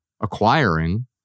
acquiring